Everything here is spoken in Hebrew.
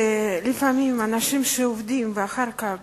שלפעמים אנשים שעובדים ואחר כך